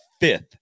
fifth